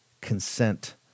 consent